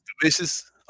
Delicious